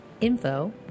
info